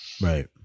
right